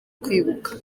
kwibuka